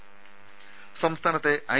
രുമ സംസ്ഥാനത്തെ ഐ